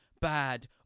bad